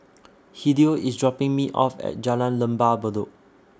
Hideo IS dropping Me off At Jalan Lembah Bedok